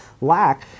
lack